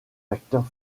acteurs